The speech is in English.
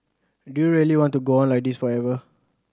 do you really want to go on like this forever